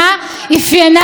על הכול אדבר.